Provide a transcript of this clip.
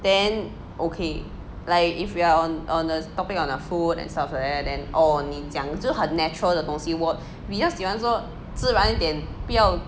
then okay like if you are on on a topic on a food and stuff like that then orh 你讲就很 natural 的东西我比较喜欢说自然一点不要